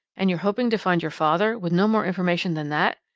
and you're hoping to find your father, with no more information than that?